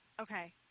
Okay